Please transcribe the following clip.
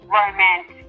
romance